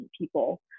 people